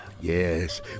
Yes